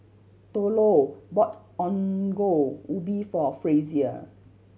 Thurlow bought Ongol Ubi for Frazier